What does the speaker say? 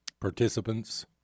participants